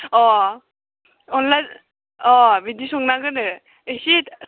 अ' अनला अ' बिदि संनांगौनो एसे